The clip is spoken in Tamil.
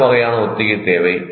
என்ன வகையான ஒத்திகை தேவை